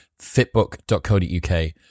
fitbook.co.uk